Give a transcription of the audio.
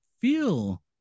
feel